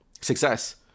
success